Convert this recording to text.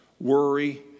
worry